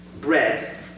Bread